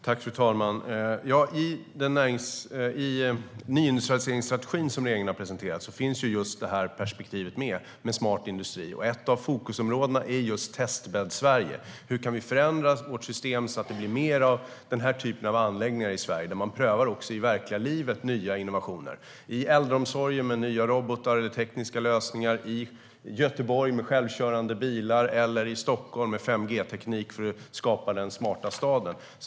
Fru talman! I nyindustrialiseringsstrategin, som regeringen har presenterat, finns just perspektivet med smart industri med. Ett av fokusområdena är just Testbädd Sverige. Hur kan vi förändra vårt system så att det blir fler av den här typen av anläggningar i Sverige? Där kan man pröva nya innovationer också i verkliga livet. Det kan handla om äldreomsorgen med nya robotar eller tekniska lösningar, i Göteborg med självkörande bilar eller i Stockholm med 5G-teknik för att skapa den smarta staden.